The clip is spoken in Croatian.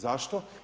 Zašto?